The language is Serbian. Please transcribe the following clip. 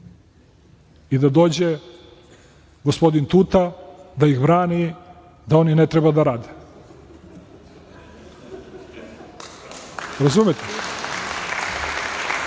I da dođe gospodin Tuta da ih brani da oni ne treba da rade. Razumete